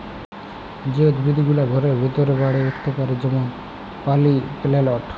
যে উদ্ভিদ গুলা ঘরের ভিতরে বাড়ে উঠ্তে পারে যেমল মালি পেলেলট